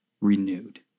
renewed